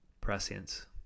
Prescience